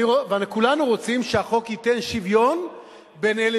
כולנו רוצים שהחוק ייתן שוויון בין אלה